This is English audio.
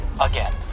again